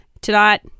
Tonight